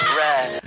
red